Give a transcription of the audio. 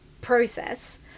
process